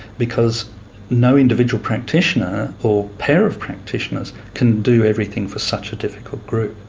because no individual practitioner or pair of practitioners can do everything for such a difficult group.